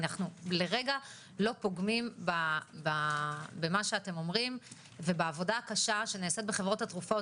לרגע לא פוגמים במה שאתם אומרים ובעבודה הקשה שנעשית בחברות התרופות.